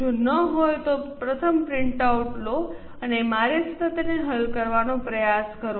જો ન હોય તો પ્રથમ પ્રિન્ટઆઉટ લો અને મારી સાથે તેને હલ કરવાનો પ્રયાસ કરો